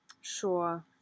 Sure